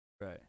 Right